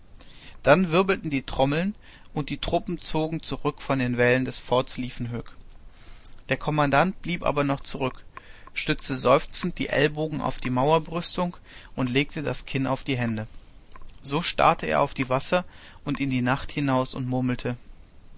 dann wirbelten die trommeln und die truppen zogen zurück von den wällen des forts liefkenhoek der kommandant blieb aber noch zurück stützte seufzend die ellbogen auf die mauerbrüstung und legte das kinn auf die hände so starrte er auf die wasser und in die nacht hinaus und murmelte